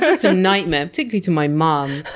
so so nightmare, particularly to my mum. ah